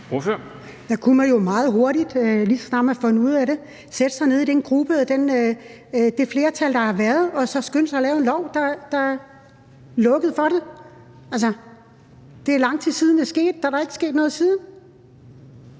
Der kunne man jo meget hurtigt, ligeså snart man havde fundet ud af det, have sat sig ned i den gruppe med det flertal, der har været, og så have skyndt sig at lave en lov, der lukkede for det. Det er lang tid siden, det er sket, og der er da ikke sket noget siden.